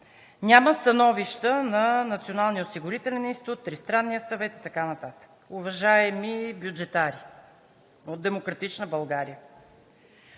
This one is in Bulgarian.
няма становища на Националния осигурителен институт, Тристранния съвет и така нататък. Уважаеми бюджетари от „Демократична България“,